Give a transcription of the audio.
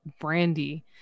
Brandy